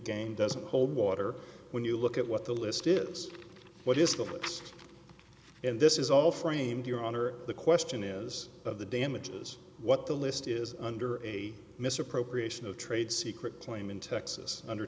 game doesn't hold water when you look at what the list is what is before us and this is all framed your honor the question is of the damages what the list is under a misappropriation of trade secret claim in texas under